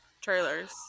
trailers